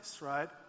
right